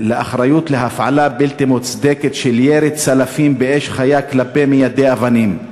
אחריות להפעלה בלתי מוצדקת של ירי צלפים באש חיה כלפי מיידי אבנים.